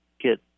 get